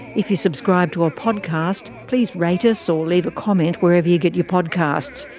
if you subscribe to a podcast, please rate us or leave a comment wherever you get your podcasts.